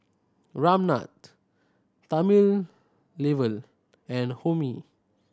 Ramnath Thamizhavel and Homi